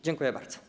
Dziękuję bardzo.